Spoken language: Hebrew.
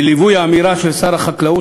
בליווי האמירה של שר החקלאות,